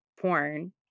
porn